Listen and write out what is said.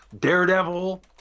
Daredevil